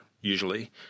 usually